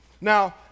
Now